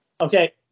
okay